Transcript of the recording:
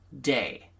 day